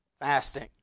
fasting